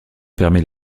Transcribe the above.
permet